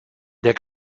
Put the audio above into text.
der